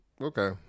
Okay